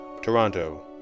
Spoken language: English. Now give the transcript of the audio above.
Toronto